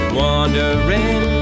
wandering